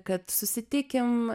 kad susitikim